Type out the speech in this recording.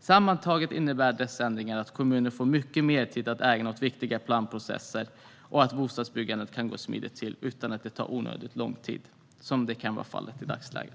Sammantaget innebär dessa ändringar att kommuner får mycket mer tid att ägna åt viktiga planprocesser och att bostadsbyggandet kan gå smidigt till utan att det tar onödigt lång tid, vilket kan vara fallet i dagsläget.